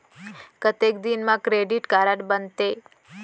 कतेक दिन मा क्रेडिट कारड बनते?